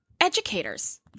educators